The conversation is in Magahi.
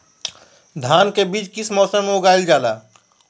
धान के बीज किस मौसम में उगाईल जाला?